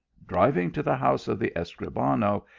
driving to the house of the escribano,